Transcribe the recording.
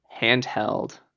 handheld